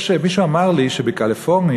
מישהו אמר לי שבקליפורניה,